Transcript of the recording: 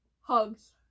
hugs